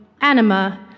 Anima